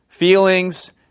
feelings